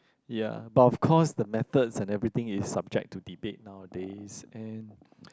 ya but of course the methods and everything is subject to debate nowadays and